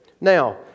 Now